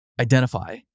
Identify